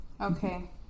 Okay